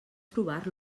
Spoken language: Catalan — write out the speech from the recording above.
trobar